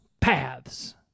paths